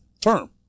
term